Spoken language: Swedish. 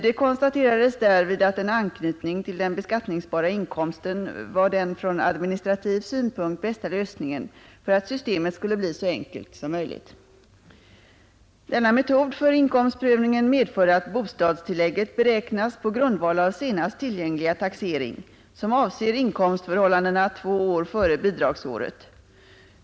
Det konstaterades därvid att en anknytning till den beskattningsbara inkomsten var den från administrativ synpunkt bästa lösningen för att systemet skulle bli så enkelt som möjligt. Denna metod för inkomstprövningen medför att bostadstillägget beräknas på grundval av senast tillgängliga taxering, som avser inkomstförhållandena två år före bidragsåret.